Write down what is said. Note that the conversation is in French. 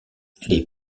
les